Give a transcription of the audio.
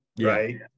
right